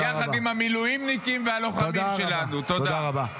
תודה רבה.